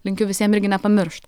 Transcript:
linkiu visiem irgi nepamiršt